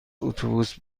اتوبوس